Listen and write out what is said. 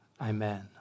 Amen